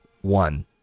one